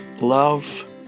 love